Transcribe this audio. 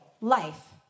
life